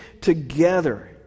together